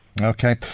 Okay